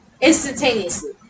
instantaneously